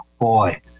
boy